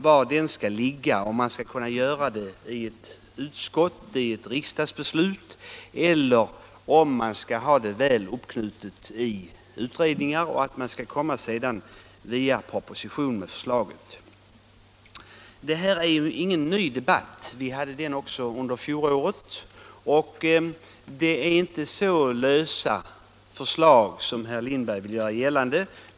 Frågan gäller om det skall fattas ett beslut i riksdagen eller om det hela skall vara väl uppknutet i utredningar och att förslag sedan skall läggas fram via proposition. Det här är ingen ny debatt. Vi förde den också under fjolåret. Förslagen är inte så löst underbyggda som herr Lindberg vill göra gällande.